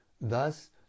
Thus